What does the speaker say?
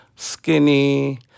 skinny